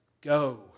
go